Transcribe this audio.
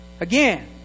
Again